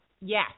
yes